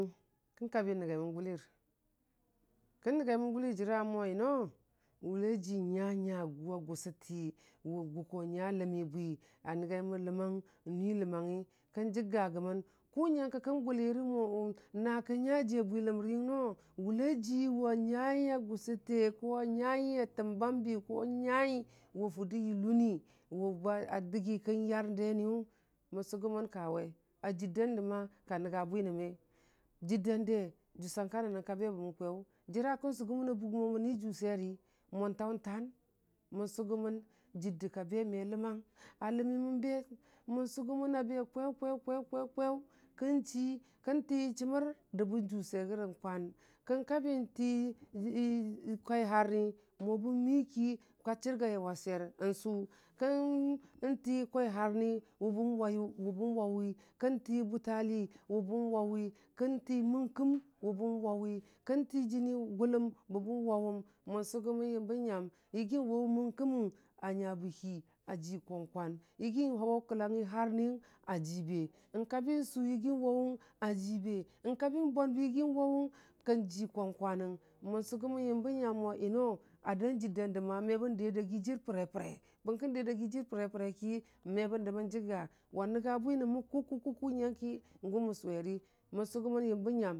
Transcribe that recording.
Kən kabi nəngaimən gulər, nəngai məngʊlər jəra mo yʊnoo wʊlai ji nya nyagʊna gʊsʊti wʊ guku nya a ləmi bwi a nəngaimən ləmang nui ləmangyi kən jəggagəmən, kʊ nyənke kən gulirə mo na kən nya jia bwiləmrəyəng no wʊlai ji a nyui a gʊsʊ fe ko nyai a təmbambi ko nyai wa furdə yəlluwəni, wʊbwa dəgi kən yar deniyʊ, mən sʊgʊmən kawe a jərdandə ma ka nənga bwi nən me, jərdan də jʊsang ka nənəng ka be bəmən kweyʊ jəra kən sʊgʊ mən a bay mo mən jʊ sweri mo taʊtan mən sʊgʊmən jərdə ka be meləmang a ləminən be, mən sʊgʊ mən a ba kweyʊ-kweyʊ-kweyʊ, kweyʊ, kweyʊ, kən chi kən tii chəmər dəbən jʊ swer rəyən kwan, kən kabi tii "I" kwai harni mo bən miki ka chəryaye wa swer sʊ kəntii kwai harni wʊbən wawi kən tii bʊtali wʊbbən wawi kən tii mən kəm wʊ bən wawi kən tii jəni gʊləni bəbən wawʊng nən sʊgʊ mən yənbə nyam yigi waʊ mənkəməng a nyu ba hi a jii kʊnkwan yigi waʊ kəlangyi harniyəng a jibe, kabi sʊ yəgi wa wang a jibʊ, kabi bwanbi yəgi wawʊng kaji kwan kwanəng mən sʊgʊmən yəmbə nyam mo yino a dan jərdanda mə bən dəya dayi jər fure fure ki mə bən jəgga wa nənga bwi nən mə kʊkʊkʊwi gʊmən sʊweri chəmər dən ti mo.